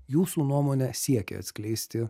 jūsų nuomone siekia atskleisti